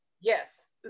Yes